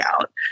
out